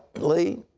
lee.